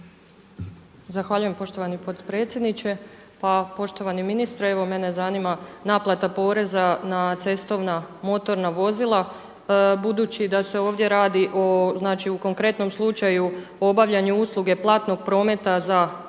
Zahvaljujem poštovani potpredsjedniče. Pa poštovani ministre evo mene zanima naplata poreza na cestovna, motorna vozila budući da se ovdje radi, znači u konkretnom slučaju u obavljanju usluge platnog prometa za 3